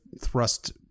thrust